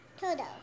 Toto